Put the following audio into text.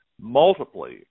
multiply